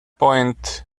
point